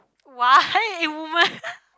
why woman